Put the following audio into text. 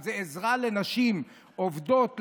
וזה עזרה לנשים עובדות,